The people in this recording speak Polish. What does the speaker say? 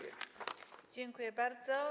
Dziękuję bardzo.